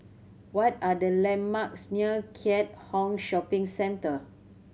what are the landmarks near Keat Hong Shopping Centre